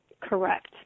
correct